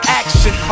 action